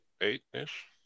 Eight-ish